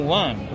one